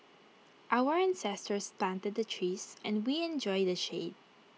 our ancestors planted the trees and we enjoy the shade